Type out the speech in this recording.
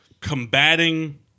combating